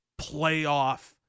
playoff